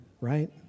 right